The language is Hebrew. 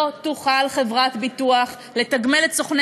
לא תוכל חברת ביטוח לתגמל את סוכני